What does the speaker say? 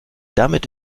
damit